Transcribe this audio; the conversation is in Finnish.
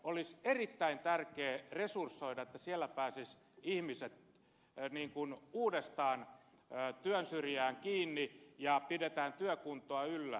olisi erittäin tärkeää resursoida niin että siellä pääsisivät ihmiset uudestaan työn syrjään kiinni ja pitämään työkuntoa yllä